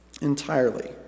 Entirely